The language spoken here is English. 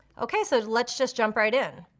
okay, so let's just jump right in.